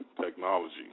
technology